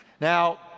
Now